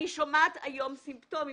אני שומעת היום על סימפטומים,